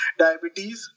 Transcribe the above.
diabetes